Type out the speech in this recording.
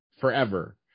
forever